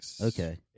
Okay